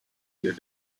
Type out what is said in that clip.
your